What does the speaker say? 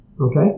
Okay